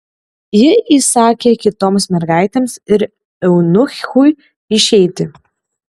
ji įsakė kitoms mergaitėms ir eunuchui išeiti